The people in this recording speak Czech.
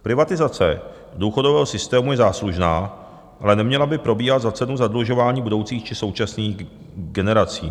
Privatizace důchodového systému je záslužná, ale neměla by probíhat za cenu zadlužování budoucích či současných generací.